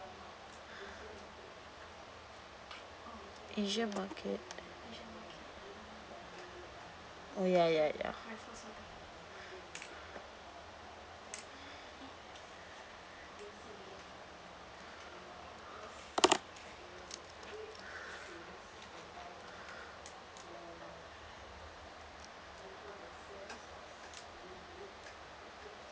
asia market oh ya ya ya